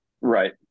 Right